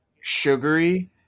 sugary